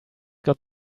got